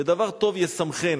ודבר טוב ישמחנה".